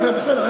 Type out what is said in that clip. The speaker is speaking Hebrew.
אז, בסדר.